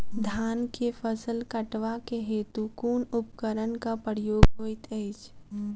धान केँ फसल कटवा केँ हेतु कुन उपकरणक प्रयोग होइत अछि?